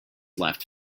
laughed